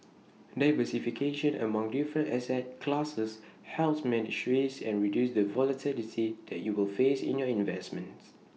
diversification among different asset classes helps manage risk and reduce the volatility that you will face in your investments